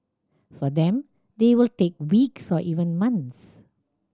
for them they will take weeks or even months